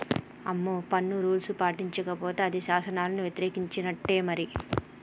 అమ్మో పన్ను రూల్స్ పాటించకపోతే అది శాసనాలను యతిరేకించినట్టే మరి